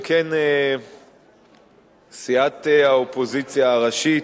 אם כן, סיעת האופוזיציה הראשית,